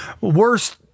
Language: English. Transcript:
worst